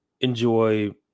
enjoy